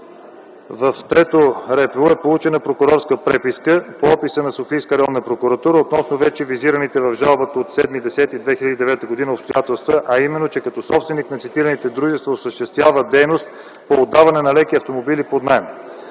в Трето РПУ е получена прокурорска преписка по описа на Софийска районна прокуратура относно вече визираните в жалбата от 7 октомври 2009 г. обстоятелства, а именно, че като собственик на цитираните дружества осъществява дейност по отдаване на леки автомобили под наем.